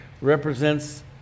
represents